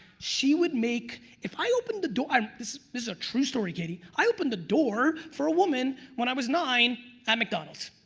she would make. if i opened the door this is a true story, katie. i opened the door for a woman when i was nine at mcdonald's.